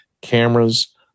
cameras